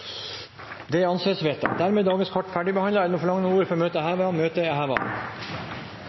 Det anses vedtatt. Dermed er dagens kart ferdigbehandlet. Forlanger noen ordet før møtet heves? – Møtet er